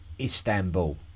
Istanbul